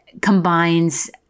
combines